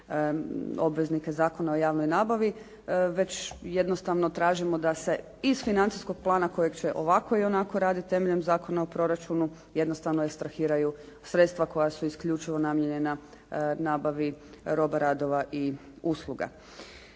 obveznike Zakona o javnoj nabavi, već jednostavno tražimo da se iz financijskog plana kojeg će ovako i onako raditi temeljem Zakona o proračunu jednostavno je skrahiraju sredstva koja su isključivo namijenjena nabavi roba, radova i usluga.